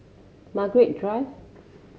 Margaret Drive